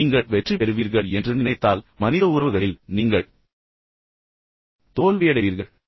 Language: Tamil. பின்னர் நீங்கள் வெற்றி பெறுவீர்கள் என்று நினைத்தால் மனித உறவுகளில் நீங்கள் எப்போதும் தோல்வியடைவீர்கள்